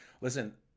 Listen